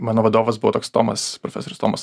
mano vadovas buvo toks tomas profesorius tomas